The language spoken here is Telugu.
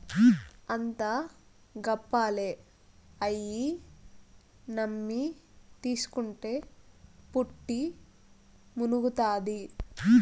అంతా గప్పాలే, అయ్యి నమ్మి తీస్కుంటే పుట్టి మునుగుతాది